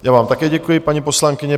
Já vám také děkuji, paní poslankyně.